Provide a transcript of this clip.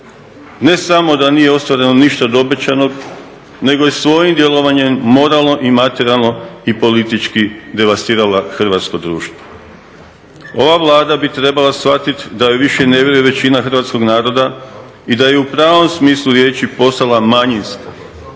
Ne samo da nije ostvareno ništa od obećanog nego je svojim djelovanjem moralno i materijalno i politički … hrvatsko društvo. Ova Vlada bi trebala shvatiti da joj više ne vjeruje većina hrvatskog naroda i da je u pravom smislu riječi postala manjinska.